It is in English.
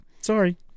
Sorry